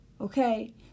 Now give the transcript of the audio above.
okay